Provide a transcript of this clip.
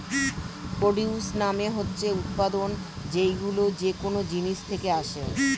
produce মানে হচ্ছে উৎপাদন, যেইগুলো যেকোন জিনিস থেকে আসে